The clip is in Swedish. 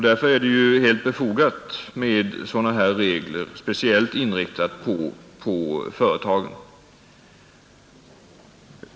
Därför är det helt befogat med sådana regler som är speciellt inriktade på företagen.